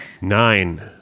Nine